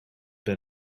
been